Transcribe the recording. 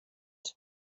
els